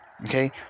okay